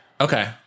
Okay